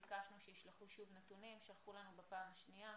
ביקשנו שישלחו שוב נתונים והם שלחו בפעם השנייה.